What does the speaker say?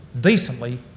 decently